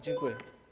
Dziękuję.